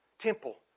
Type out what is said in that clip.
temple